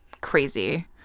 crazy